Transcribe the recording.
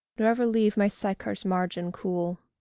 nor ever leave my sychar's margin cool.